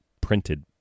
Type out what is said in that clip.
printed